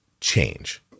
change